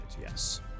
Yes